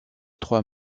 trois